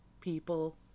people